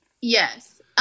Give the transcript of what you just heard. Yes